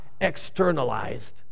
externalized